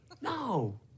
No